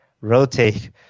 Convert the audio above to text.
rotate